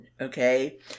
okay